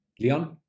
Leon